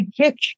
kick